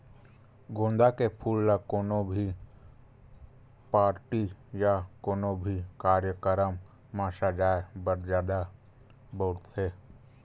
गोंदा के फूल ल कोनो भी पारटी या कोनो भी कार्यकरम म सजाय बर जादा बउरथे